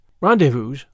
rendezvous